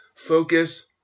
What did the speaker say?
focus